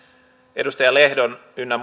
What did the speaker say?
edustaja lehdon ynnä